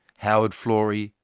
howard florey,